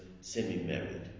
semi-married